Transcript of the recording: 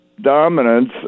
dominance